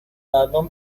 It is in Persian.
الان